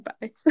bye